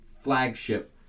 flagship